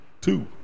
two